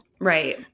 Right